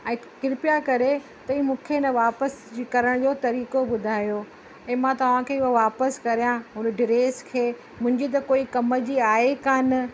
ऐं कृपया करे तव्हीं मूंखे हिन वापसि जी करण जो तरीक़ो ॿुधायो ऐं मां तव्हांखे उहा वापसि कया हुन ड्रेस खे मुंहिंजी त कोई कम जी आहे ई कान